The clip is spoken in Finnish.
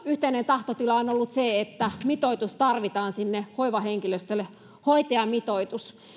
yhteinen tahtotila on ollut se että mitoitus tarvitaan sinne hoivahenkilöstölle hoitajamitoitus